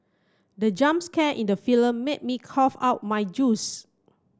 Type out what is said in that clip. the jump scare in the film made me cough out my juice